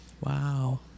Wow